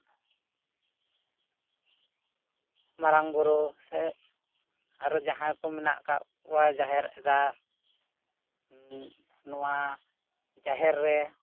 ᱢᱟᱨᱟᱝ ᱵᱳᱨᱳ ᱥᱮ ᱟᱨᱚ ᱡᱟᱦᱟᱸᱭ ᱠᱚ ᱢᱮᱱᱟᱜ ᱠᱟᱜ ᱠᱚᱣᱟ ᱡᱟᱦᱮᱨ ᱮᱨᱟ ᱱᱚᱣᱟ ᱡᱟᱦᱮᱨ ᱨᱮ